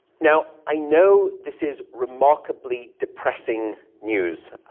now, i know this is remarkably depressing news.